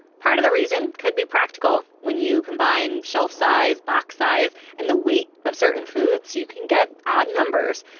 part of the reason could be practical when you combine shelf size, box size and the weight of certain foods, you can get odd numbers.